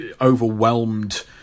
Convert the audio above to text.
overwhelmed